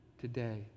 today